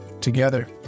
together